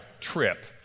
trip